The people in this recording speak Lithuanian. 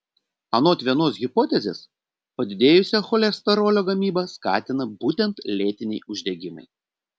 anot vienos hipotezės padidėjusią cholesterolio gamybą skatina būtent lėtiniai uždegimai